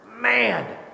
man